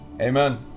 Amen